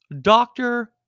Doctor